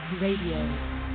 Radio